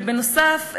ובנוסף,